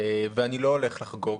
ואני לא הולך לחגוג.